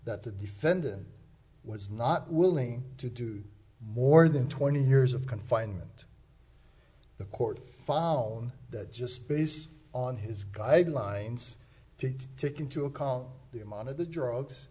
that the defendant was not willing to do more than twenty years of confinement the court following that just based on his guidelines to take into account the amount of the drugs